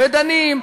מה הבעיה.